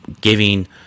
Giving